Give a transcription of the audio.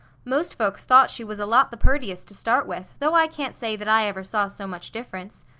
most folks thought she was a lot the purtiest to start with, though i can't say that i ever saw so much difference.